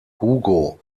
hugo